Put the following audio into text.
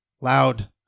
Loud